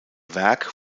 werk